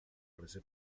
prese